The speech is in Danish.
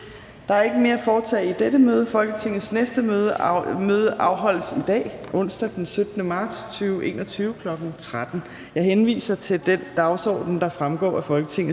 Der er ikke mere at foretage i dette møde. Folketingets næste møde afholdes i dag, onsdag den 17. marts 2021, kl. 13.00. Jeg henviser til den dagsorden, der fremgår af Folketingets